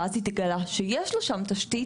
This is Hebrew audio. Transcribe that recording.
ואז התגלה שיש לה שם תשתית?